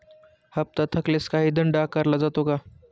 हप्ता थकल्यास काही दंड आकारला जातो का?